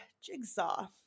Jigsaw